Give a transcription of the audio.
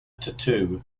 tattoo